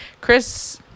Chris